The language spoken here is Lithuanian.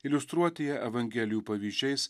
iliustruoti ją evangelijų pavyzdžiais